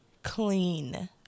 clean